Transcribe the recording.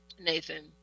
Nathan